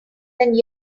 than